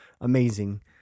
amazing